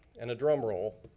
and a drum roll,